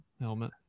helmet